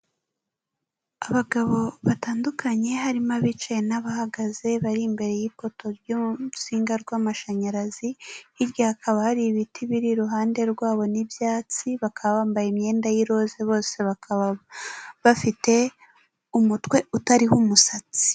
Abagabo batandukanye harimo abicaye n'abahagaze bari imbere y'ipoto ry'urusinga rw'amashanyarazi, hirya hakaba hari ibiti biri iruhande rwabo n'ibyatsi, bakaba bambaye imyenda y'iroza bose bakaba bafite umutwe utariho umusatsi.